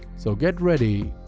so get ready.